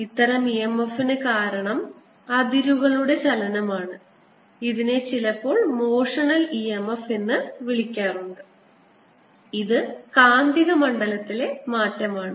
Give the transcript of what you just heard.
ഇത്തരം e m f ന് കാരണം അതിരുകളുടെ ചലനമാണ് ഇതിനെ ചിലപ്പോൾ മോഷണൽ e m f എന്ന് വിളിക്കപ്പെടുന്നു ഇത് കാന്തിക മണ്ഡലത്തിലെ മാറ്റമാണ്